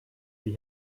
sie